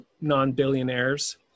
non-billionaires